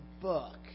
book